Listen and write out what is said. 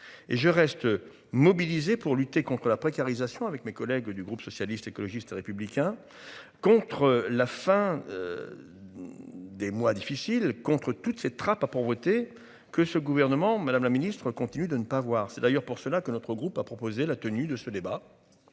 je reste mobilisée pour lutter contre la précarisation avec mes collègues du groupe socialiste, écologiste et républicain contre la fin. Des mois difficiles contre toutes ces trappes à pauvreté que ce gouvernement Madame la Ministre continue de ne pas voir, c'est d'ailleurs pour cela que notre groupe a proposé la tenue de ce débat.